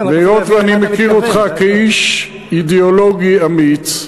והיות שאני מכיר אותך כאיש אידיאולוגי אמיץ,